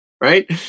right